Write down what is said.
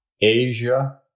Asia